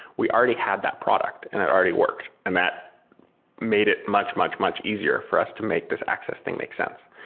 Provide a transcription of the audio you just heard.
we already had that product and it already worked, and that made it much, much, much easier for us to make this access thing make sense.